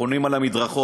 הם חונים על המדרכות,